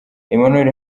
emmanuel